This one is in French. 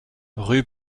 rue